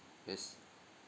yes